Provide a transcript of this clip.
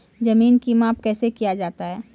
जमीन की माप कैसे किया जाता हैं?